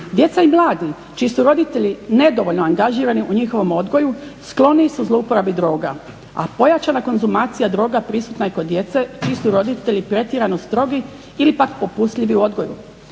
djeca i mladi čiji su roditelji nedovoljno angažirani u njihovom odgoju skloni su zlouporabi droga, a pojačana konzumacija droga prisutna je kod djece čiji su roditelji pretjerano strogi ili pak popustljivi u odgoju.